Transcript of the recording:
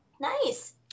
Nice